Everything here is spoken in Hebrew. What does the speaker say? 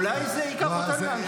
אולי זה ייקח אותנו לאנשהו.